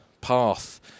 path